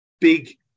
big